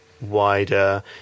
wider